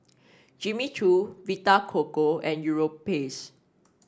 Jimmy Choo Vita Coco and Europace